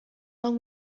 long